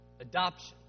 Adoption